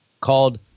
called